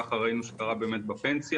כך ראינו שקרה גם בפנסיה,